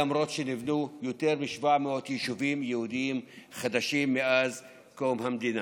למרות שנבנו יותר מ-700 יישובים יהודיים חדשים מאז קום המדינה.